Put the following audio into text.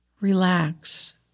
relax